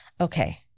okay